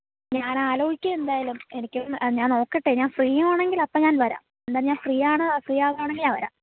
ഞാൻ ആലോചിക്കാം എന്തായാലും എനിക്കൊന്ന് ആ ഞാൻ നോക്കട്ടെ ഞാൻ ഫ്രീ ആണെങ്കിൽ അപ്പം ഞാൻ വരാം എന്നാൽ ഞാൻ ഫ്രീ ആണ് ഫ്രീ ആവുവാണെങ്കിൽ ഞാൻ വരാം